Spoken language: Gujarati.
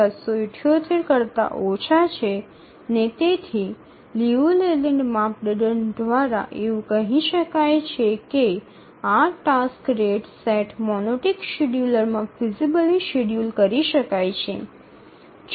૭૭૮ ને તેથી લિયુ લેલેન્ડ માપદંડ દ્વારા એવું કહી શકાય કે આ ટાસક્સ સેટ રેટ મોનોટિક શેડ્યુલરમાં ફિઝિબલી શેડ્યૂલ કરી શકાય છે